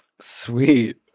sweet